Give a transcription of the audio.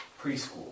preschool